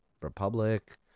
Republic